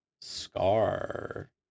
SCAR